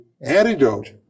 antidote